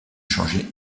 changé